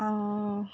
आं